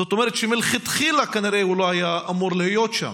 זאת אומרת שמלכתחילה כנראה הוא לא היה אמור להיות שם.